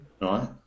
right